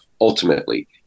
ultimately